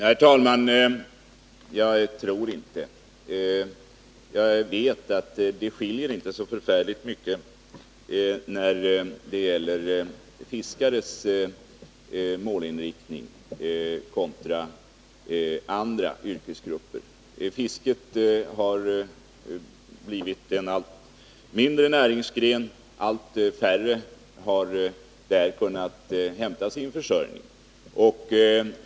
Herr talman! Det är faktiskt så att yrkesfiskares arbetsmarknad numera inte skiljer sig så mycket från andra yrkesgruppers. Fisket har blivit en allt mindre näringsgren. Allt färre människor får sin utkomst från den.